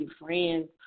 friends